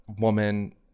woman